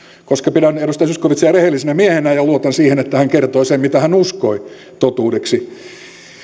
pidän edustaja zyskowiczia rehellisenä miehenä ja luotan siihen että hän kertoi sen mitä hän uskoi totuudeksi